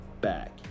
back